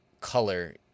Color